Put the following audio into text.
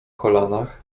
kolanach